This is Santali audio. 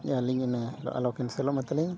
ᱟᱹᱞᱤᱧ ᱚᱱᱟ ᱟᱞᱚ ᱠᱮᱱᱥᱮᱞᱚᱜ ᱢᱟ ᱛᱟᱹᱞᱤᱧ